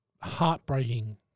heartbreaking